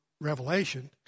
Revelation